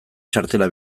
txartela